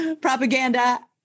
propaganda